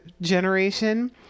generation